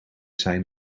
zijn